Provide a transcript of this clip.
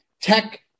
tech